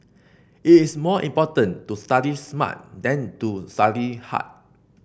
it is more important to study smart than to study hard